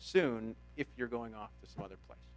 soon if you're going off to some other place